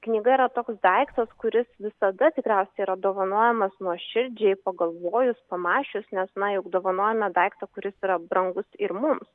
knyga yra toks daiktas kuris visada tikriausiai yra dovanojamas nuoširdžiai pagalvojus pamasčius nes na juk dovanojame daiktą kuris yra brangus ir mums